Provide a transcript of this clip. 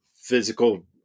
physical